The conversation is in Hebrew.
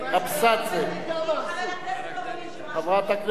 אם חבר הכנסת לא מבין, חברת הכנסת אבסדזה.